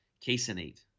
caseinate